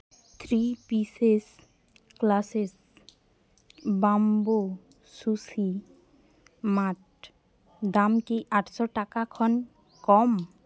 three pieces classic bamboo sushi mat ᱫᱟᱢ ᱠᱤ ᱟᱴᱥᱚ ᱴᱟᱠᱟ ᱠᱷᱚᱱ ᱠᱚᱢ